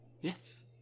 yes